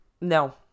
No